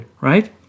right